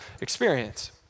experience